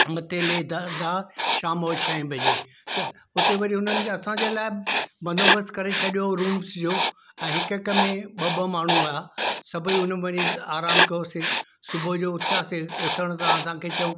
मथे लेह लद्दाख शाम जो छहें बजे स उते वरी हुननि असांजे लाइ बंदोबस्तु करे छॾियो हो रूम्स जो ऐं हिकु हिकु में ॿ ॿ माण्हूं हुया सभई उनमें वञी आराम कयोसीं सुबुह जो उथियासीं उथणु सां असांखे चयूं